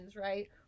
right